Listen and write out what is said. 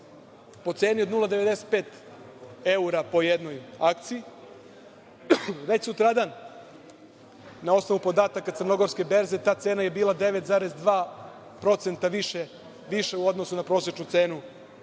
po ceni od 0,95 evra po jednoj akciji. Već sutradan, na osnovu podataka crnogorsko berze, ta cena je bila 9,2% više u odnosu na prosečnu cenu